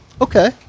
Okay